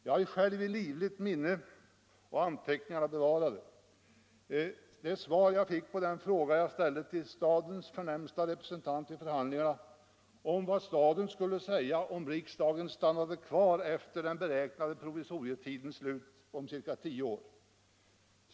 Jag har själv i livligt minne — och jag har anteckningarna bevarade — svaret på den fråga jag ställde till stadens förnämste representant i förhandlingarna om vad staden skulle säga om riksdagen stannade kvar efter den beräknade provisorietidens slut om ca tio år.